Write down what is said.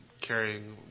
carrying